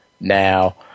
now